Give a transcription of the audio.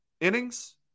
innings